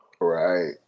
Right